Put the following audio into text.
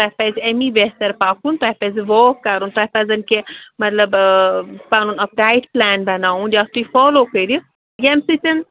تۄہہِ پَزِ اَمی بہتر پَکُن تۄہہِ پَزِ واک کَرُن تۄہہِ پَزَن کیٚنٛہہ مطلب پَنُن اَکھ ڈایِٹ پُلین بَناوُن یتھ تُہۍ فالوٗ کٔرِتھ ییٚمہِ سۭتٮ۪ن